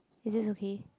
this is okay